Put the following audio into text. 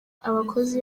abakozi